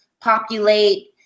populate